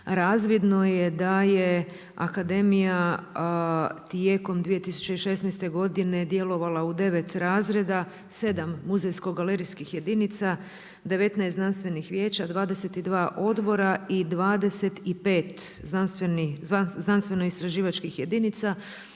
razvidno je da je Akademija tijekom 2016. godine djelovala u 9 razreda, 7 muzejsko galerijskih jedinica, 19 znanstvenih vijeća, 22 odbora i 25 znanstveno istraživačkih jedinica,